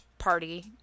party